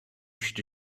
should